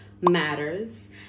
matters